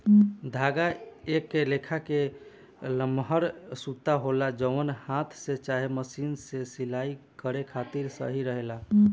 धागा एक लेखा के लमहर सूता होला जवन हाथ से चाहे मशीन से सिलाई करे खातिर सही रहेला